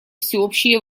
всеобщие